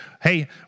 hey